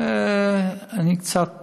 אני קצת סבלני,